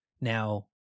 now